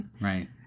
Right